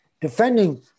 defending